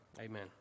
Amen